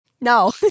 No